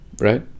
right